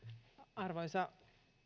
arvoisa